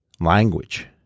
language